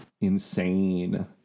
insane